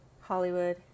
Hollywood